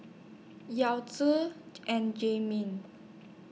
Yao Zi and Jay Ming